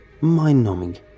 mind-numbing